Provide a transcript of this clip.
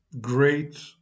great